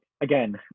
again